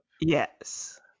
Yes